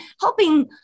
helping